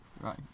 Right